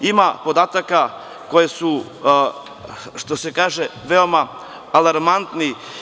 Ima podataka koji su, što se kaže, veoma alarmantni.